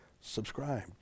subscribe